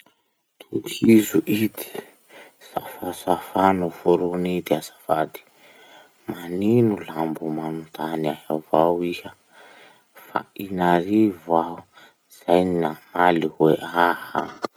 Tohizo ity safasafa noforony ity azafady: "Manino laha mbo manotany ahy avao iha? Fa in'arivo aho zay ro namaly hoe aha!